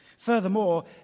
Furthermore